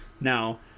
Now